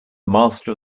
master